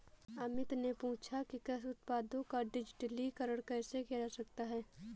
अमित ने पूछा कि कृषि उत्पादों का डिजिटलीकरण कैसे किया जा सकता है?